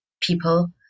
people